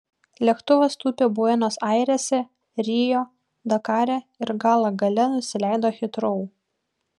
lėktuvas tūpė buenos airėse rio dakare ir galą gale nusileido hitrou